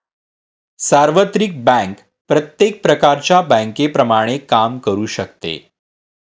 सार्वत्रिक बँक प्रत्येक प्रकारच्या बँकेप्रमाणे काम करू शकते